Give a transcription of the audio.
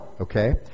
okay